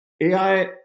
AI